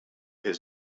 his